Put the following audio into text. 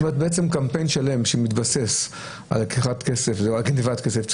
קמפיין שלם שמתבסס על גניבת כסף ציבורי,